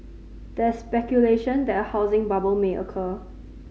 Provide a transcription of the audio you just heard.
there is speculation that a housing bubble may occur